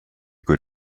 good